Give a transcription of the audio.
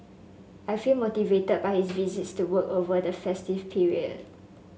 I feel motivated by his visit to work over the festive period